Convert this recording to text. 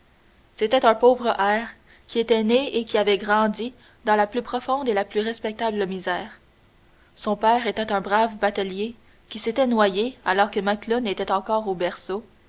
c'était un pauvre hère qui était né et qui avait grandi dans la plus profonde et dans la plus respectable misère son père était un brave batelier qui s'était noyé alors que macloune était encore au berceau